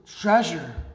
treasure